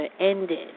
ended